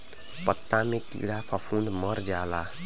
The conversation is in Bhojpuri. पत्ता मे कीड़ा फफूंद मर जाला